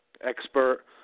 expert